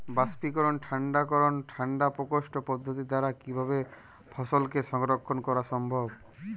বাষ্পীকরন ঠান্ডা করণ ঠান্ডা প্রকোষ্ঠ পদ্ধতির দ্বারা কিভাবে ফসলকে সংরক্ষণ করা সম্ভব?